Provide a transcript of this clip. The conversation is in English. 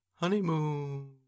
Honeymoon